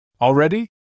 Already